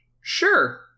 Sure